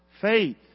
Faith